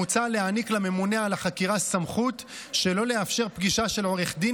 מוצע להעניק לממונה על החקירה סמכות שלא לאפשר פגישה של עורך דין